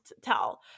tell